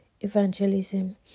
evangelism